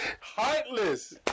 Heartless